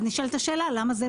אז נשאלת השאלה למה זה לא.